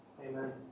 Amen